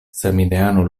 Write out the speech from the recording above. samideano